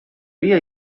via